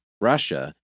Russia